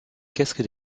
casques